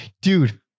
dude